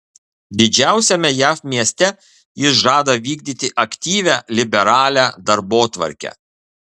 didžiausiame jav mieste jis žada vykdyti aktyvią liberalią darbotvarkę